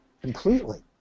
completely